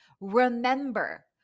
Remember